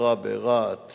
עראבה ורהט